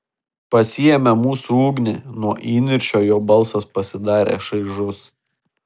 pasiėmė mūsų ugnį nuo įniršio jo balsas pasidarė šaižus